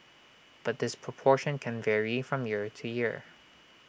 but this proportion can vary from year to year